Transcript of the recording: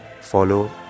Follow